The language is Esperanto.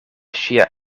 ŝia